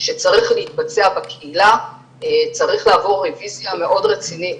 שצריך להתבצע בקהילה צריך לעבור רביזיה מאוד רצינית.